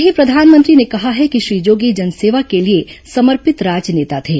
वहीं प्रधानमंत्री ने कहा है कि श्री जोगी जनसेवा के लिए समर्पित राजनेता थे